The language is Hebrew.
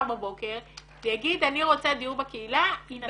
בבוקר ויגיד אני רוצה דיור בקהילה יינתן לו.